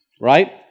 Right